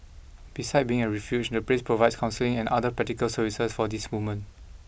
beside being a refuge the place provides counselling and other practical services for these women